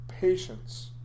Patience